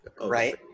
right